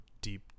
deep